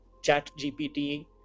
ChatGPT